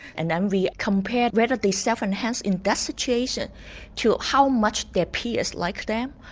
and then we compared whether they self-enhanced in that situation to how much their peers liked them,